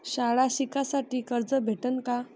शाळा शिकासाठी कर्ज भेटन का?